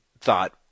thought